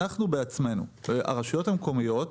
אנחנו בעצמנו הרשויות המקומיות,